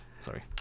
sorry